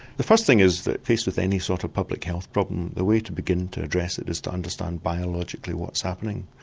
the first thing is that faced with any sort of public health problem, the way to begin to address it is to understand biologically what's happening,